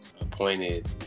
appointed